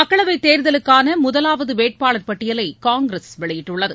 மக்களவை தேர்தலுக்கான முதலாவது வேட்பாளர் பட்டியலை காங்கிரஸ் வெளியிட்டுள்ளது